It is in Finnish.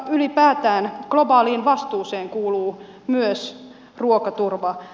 ylipäätään globaaliin vastuuseen kuuluu myös ruokaturva